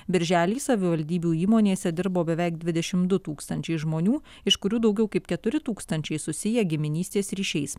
birželį savivaldybių įmonėse dirbo beveik dvidešim du tūkstančiai žmonių iš kurių daugiau kaip keturi tūkstančiai susiję giminystės ryšiais